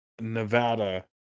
Nevada